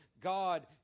God